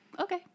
okay